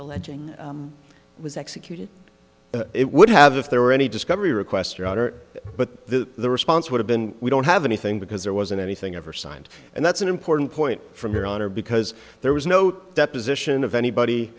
alleging was executed it would have if there were any discovery request or order but the response would have been we don't have anything because there wasn't anything ever signed and that's an important point from here on are because there was no deposition of anybody